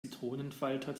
zitronenfalter